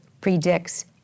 predicts